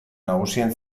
nagusien